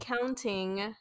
counting